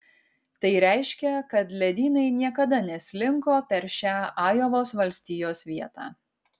tai reiškia kad ledynai niekada neslinko per šią ajovos valstijos vietą